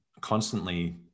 constantly